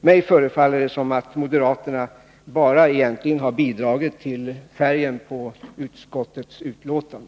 Nu förefaller det som om moderaterna bara hade bidragit med färgen på utskottets betänkande.